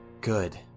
Good